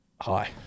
Hi